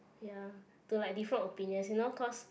ya to like different opinions you know cause